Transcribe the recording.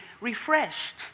refreshed